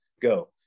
go